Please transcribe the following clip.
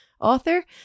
author